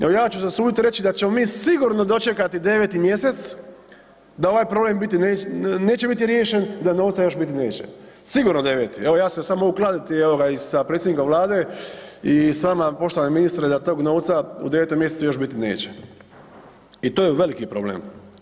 Evo ja ću se usuditi i reći da ćemo mi sigurno dočekati 9 mjesec da ovaj problem biti neće, neće biti riješen, da novca još biti neće, sigurno 9., evo ja se sad mogu kladiti evo ga i sa predsjednikom vlade i s vama poštovani ministre da tog novca u 9. mjesecu još biti neće i to je veliki problem.